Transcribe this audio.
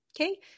Okay